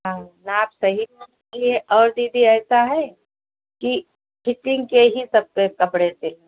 हाँ नाप सही चाहिए और दीदी ऐसा है कि फिटिंग के ही सबके कपड़े सिल